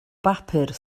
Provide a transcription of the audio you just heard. bapur